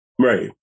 Right